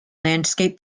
landscape